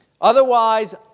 Otherwise